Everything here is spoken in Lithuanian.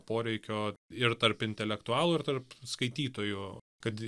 poreikio ir tarp intelektualų ir tarp skaitytojų kad